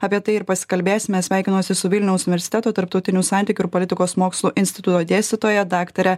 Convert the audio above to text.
apie tai ir pasikalbėsime sveikinuosi su vilniaus universiteto tarptautinių santykių ir politikos mokslų instituto dėstytoja daktare